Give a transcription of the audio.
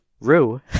Rue